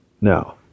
Now